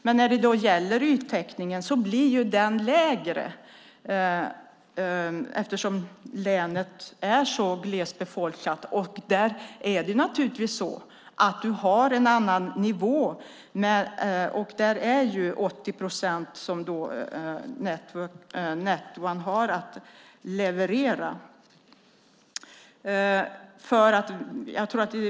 Det är lägre när det gäller yttäckningen eftersom länet är så glest befolkat. Det är naturligtvis en annan nivå. Där har Net 1 80 procent att leverera.